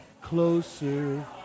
closer